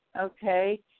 okay